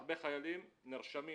הרבה חיילים נרשמים,